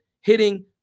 Hitting